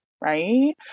right